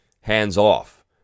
hands-off